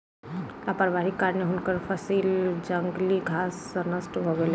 लापरवाहीक कारणेँ हुनकर फसिल जंगली घास सॅ नष्ट भ गेलैन